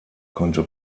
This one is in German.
konnte